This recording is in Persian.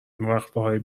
وقفههای